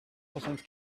soixante